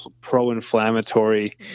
pro-inflammatory